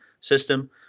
system